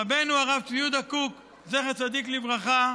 רבנו, הרב צבי יהודה קוק, זכר צדיק לברכה,